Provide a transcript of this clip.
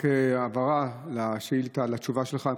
רק הבהרה לתשובה שלך.